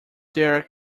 there